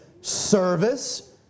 service